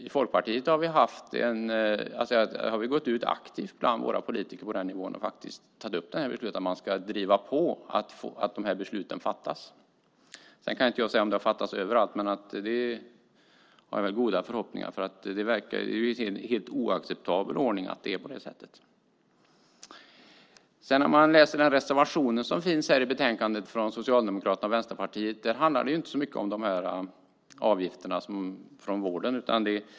I Folkpartiet har vi aktivt gått ut bland våra politiker på den nivån och tagit upp att man ska driva på för att de här besluten fattas. Sedan kan jag inte säga om de har fattats överallt, men jag har goda förhoppningar om det. Det är en helt oacceptabel ordning annars. I Socialdemokraternas och Vänsterpartiets reservation handlar det inte så mycket om avgifterna från vården.